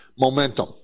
momentum